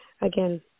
again